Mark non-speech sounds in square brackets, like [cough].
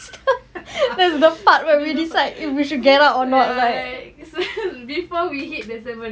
[laughs] the part ya ya ya before we hit the seven mark